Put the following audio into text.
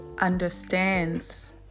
understands